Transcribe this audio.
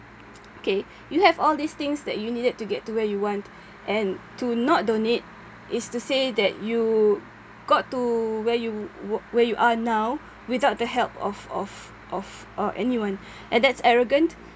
okay you have all these things that you needed to get where you want and to not donate is to say that you got to where you w~ where you are now without the help of of of uh anyone and that's arrogant